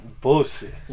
Bullshit